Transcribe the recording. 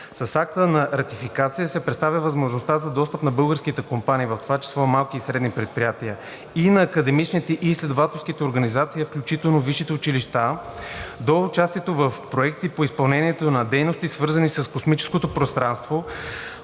С акта на ратификация се предоставя възможност за достъп на българските компании в това число малки и средни предприятия и на академичните и изследователските организации, включително висшите училища, до участието в проекти по изпълнението на дейности, свързани с космическото пространство,